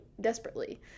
desperately